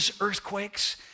earthquakes